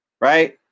right